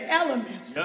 elements